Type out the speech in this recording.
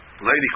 Lady